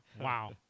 Wow